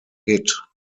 hit